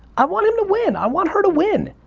i want him to win, i want her to win.